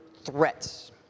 threats